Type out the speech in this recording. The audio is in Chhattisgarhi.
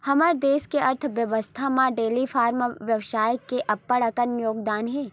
हमर देस के अर्थबेवस्था म डेयरी फारम बेवसाय के अब्बड़ बड़का योगदान हे